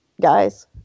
guys